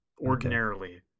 ordinarily